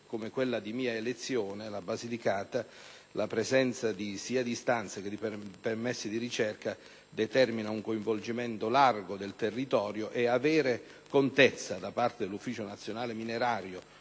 come quella di mia elezione, la Basilicata, la presenza di istanze e di permessi di ricerca determina un coinvolgimento largo del territorio. È quindi utile avere contezza dall'Ufficio nazionale minerario